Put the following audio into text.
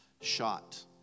shot